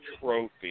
trophy